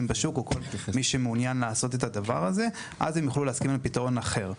בשוק אז הם יוכלו להסכים על פתרון אחר.